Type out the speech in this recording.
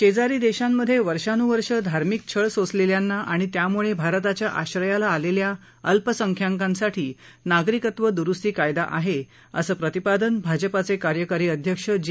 शेजारी देशांमधे वर्षानुवर्षे धार्मिक छळ सोसलेल्यांना आणि त्यामुळे भारताच्या आश्रयाला आलेल्या अल्पसंख्याकांसाठी नागरीकत्व दुरुस्ती कायदा आहे असं प्रतिपादन भाजपाचे कार्यकारी अध्यक्ष जे